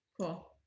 cool